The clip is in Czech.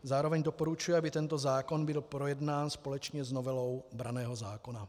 Zároveň doporučuji, aby tento zákon byl projednán společně s novelou branného zákona.